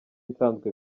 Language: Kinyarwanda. nsanzwe